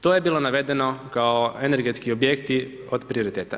To je bilo navedeno kao energetski objekti od prioriteta.